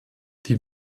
die